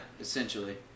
essentially